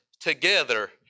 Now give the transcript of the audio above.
together